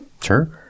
Sure